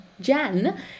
Jan